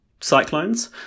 cyclones